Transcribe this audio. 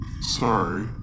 Sorry